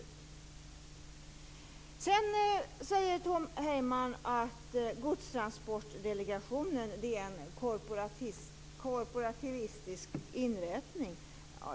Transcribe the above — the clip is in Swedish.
Tom Heyman säger att Godstransportdelegationen är en korporativistisk inrättning.